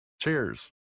Cheers